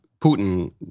Putin